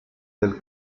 del